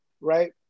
right